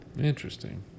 Interesting